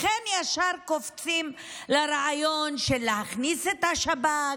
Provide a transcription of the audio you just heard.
לכן ישר קופצים לרעיון של להכניס את השב"כ,